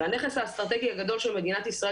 והנכס האסטרטגי הגדול של מדינת ישראל